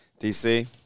DC